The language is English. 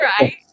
right